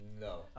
No